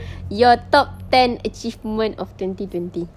your top ten achievement of twenty twenty